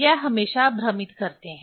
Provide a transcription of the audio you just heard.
ये हमेशा भ्रमित करते हैं